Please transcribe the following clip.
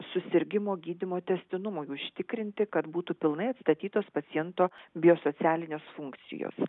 susirgimo gydymo tęstinumui užtikrinti kad būtų pilnai atstatytos paciento biosocialinės funkcijos